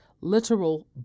literal